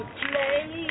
play